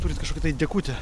turit kažkokį tai dekutį